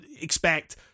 expect